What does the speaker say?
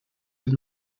dem